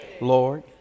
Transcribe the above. Lord